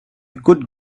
could